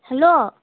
hello